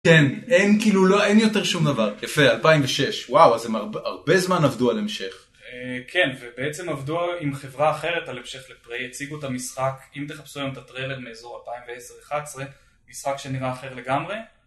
כן, אין כאילו, אין יותר שום דבר. יפה, 2006, וואו, אז הם הרבה זמן עבדו על המשך. אה כן, ובעצם עבדו עם חברה אחרת על המשך לפריי, הציגו את המשחק, אם תחפשו היום את הטריילר, מאזור 2011, משחק שנראה אחרת לגמרי.